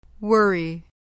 worry